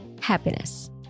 Happiness